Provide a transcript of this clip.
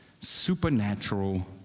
supernatural